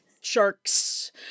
Sharks